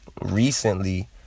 recently